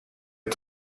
est